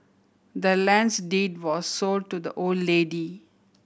the land's deed was sold to the old lady